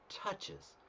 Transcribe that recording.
touches